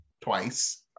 twice